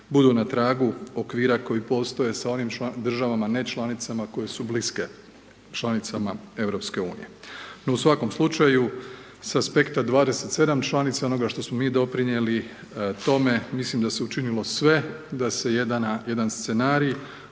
budu na tragu okvira koji postoje sa onim državama, ne članicama, koje su bliske članicama EU. No u svakom slučaju, sa aspekta 27 članica onoga što smo mi doprinijeli tome, mislim da se učinilo sve, da se jedan scenarij,